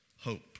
hope